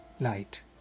light